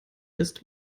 ist